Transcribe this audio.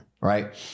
Right